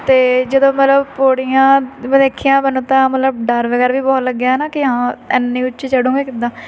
ਅਤੇ ਜਦੋਂ ਮਤਲਬ ਸ ਪੌੜੀਆਂ ਮੈਂ ਦੇਖੀਆਂ ਮੈਨੂੰ ਤਾਂ ਮਤਲਬ ਡਰ ਵਗੈਰਾ ਵੀ ਬਹੁਤ ਲੱਗਿਆ ਹੈ ਨਾ ਕਿ ਹਾਂ ਇੱਨੀ ਉੱਚੀ ਚੜੋਂਗੇ ਕਿੱਦਾਂ